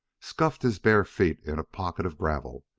scuffed his bare feet in a pocket of gravel,